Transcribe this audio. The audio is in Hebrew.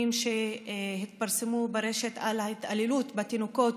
שהתפרסמו ברשת על ההתעללות בתינוקות